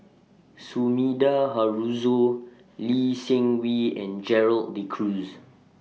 Sumida Haruzo Lee Seng Wee and Gerald De Cruz